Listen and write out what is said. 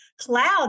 cloud